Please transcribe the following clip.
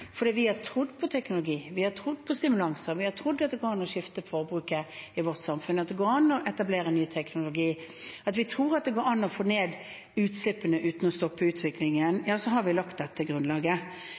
Fordi vi har trodd på teknologi, trodd på stimulanser, trodd på at det går an å skifte forbruket i vårt samfunn, trodd på at det går an å etablere en ny teknologi, trodd på at det går an å få ned utslippene uten å stoppe utviklingen,